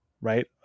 right